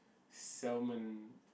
salmon